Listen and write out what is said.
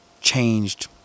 changed